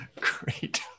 Great